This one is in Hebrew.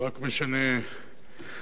הוא רק משנה תאריכים.